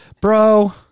Bro